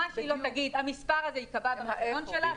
מה שהיא לא תגיד, המספר הזה יקבע ברישיון שלה.